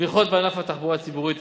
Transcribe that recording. תמיכות בענף התחבורה הציבורית,